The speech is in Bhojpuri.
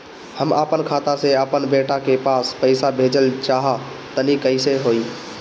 हम आपन खाता से आपन बेटा के पास पईसा भेजल चाह तानि कइसे होई?